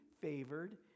favored